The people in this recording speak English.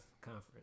conference